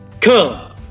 Come